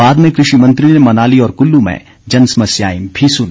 बाद में कृषि मंत्री ने मनाली और कुल्लू में जनसमस्याएं भी सुनी